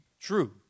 True